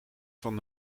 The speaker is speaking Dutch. van